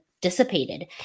dissipated